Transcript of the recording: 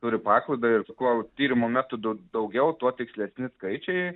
turi paklaidą ir kuo tyrimo metodų daugiau tuo tikslesni skaičiai